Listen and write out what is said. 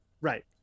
right